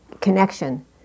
connection